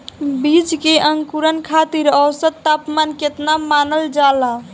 बीज के अंकुरण खातिर औसत तापमान केतना मानल जाला?